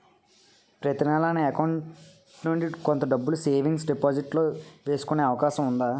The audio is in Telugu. ప్రతి నెల నా అకౌంట్ నుండి కొంత డబ్బులు సేవింగ్స్ డెపోసిట్ లో వేసుకునే అవకాశం ఉందా?